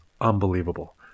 unbelievable